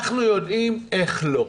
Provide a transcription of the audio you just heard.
אנחנו יודעים איך לא,